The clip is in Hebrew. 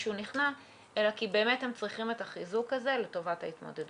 ומישהו נכנע אלא כי באמת הם צריכים את החיזוק הזה לטובת ההתמודדות.